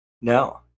No